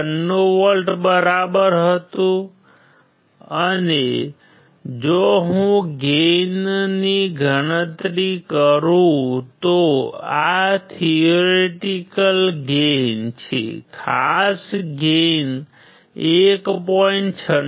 96 volt બરાબર હતું અને જો હું ગેઇનની ગણતરી કરું તો આ થેઓરેટિકેલ ગેઇન છે ખાસ ગેઇન 1